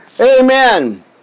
Amen